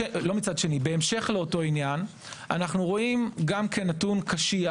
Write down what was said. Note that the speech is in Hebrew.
בהמשך לכך, אנו רואים גם נתון קשיח,